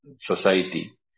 society